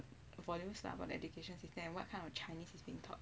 for Singapore's education system what kind of chinese is being taught